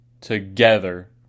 together